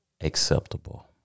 acceptable